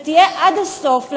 שתהיה עד הסוף,